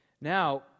now